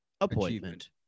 appointment